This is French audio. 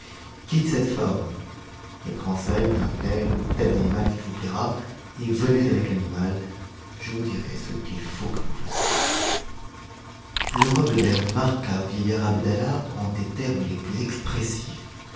quitte cette forme et prends celle d'un tel ou tel animal qu'il vous plaira et venez avec l'animal je vous dirai ce qu'il faut que vous fassiez a le roi beder marqua au vieillard abdallah en des termes les plus expressifs